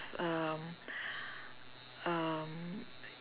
um um